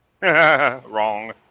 Wrong